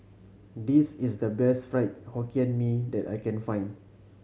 this is the best Fried Hokkien Mee that I can find